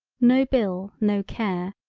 no bill no care,